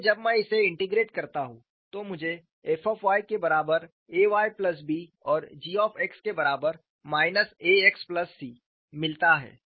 इसलिए जब मैं इसे इंटेग्रेट करता हूं तो मुझे f के बराबर A y plus B Ay Bऔर g के बराबर minus A x plus C Ax C मिलता है